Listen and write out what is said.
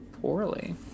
poorly